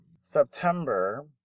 September